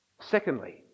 Secondly